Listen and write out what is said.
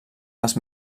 les